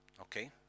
Okay